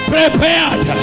Prepared